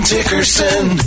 Dickerson